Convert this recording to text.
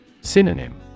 Synonym